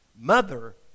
Mother